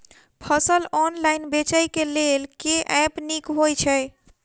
फसल ऑनलाइन बेचै केँ लेल केँ ऐप नीक होइ छै?